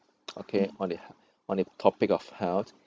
okay on the on the topic of health